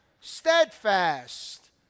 Steadfast